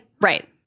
Right